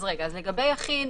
לגבי יחיד,